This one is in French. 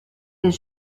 les